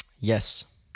Yes